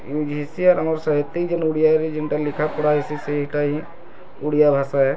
use ହେସି ଆମର୍ ସାହିତ୍ୟିକ୍ ଓଡ଼ିଆରେ ଜେନ୍ଟା ଲେଖାପଢ଼ା ହେସି ସେଇଟା ହିଁ ଓଡ଼ିଆ ଭାଷା ହେଁ